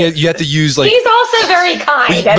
you have to use like he's also very kind!